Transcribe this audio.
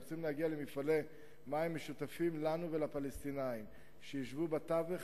רוצים להגיע למפעלי מים משותפים לנו ולפלסטינים שישבו בתווך